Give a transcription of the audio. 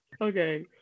Okay